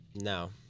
No